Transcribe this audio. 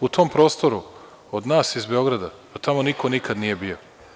U tom prostoru od nas iz Beograda, tamo niko nikada nije bio.